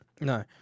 No